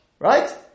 Right